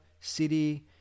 city